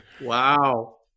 Wow